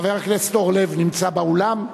חבר הכנסת אורלב נמצא באולם?